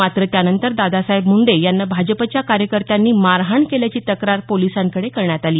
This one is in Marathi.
मात्र त्यानंतर दादासाहेब मुंडे यांना भाजपच्या कार्यकर्त्यांनी मारहाण केल्याची तक्रार पोलिसांकडे करण्यात आली